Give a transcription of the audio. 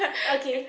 okay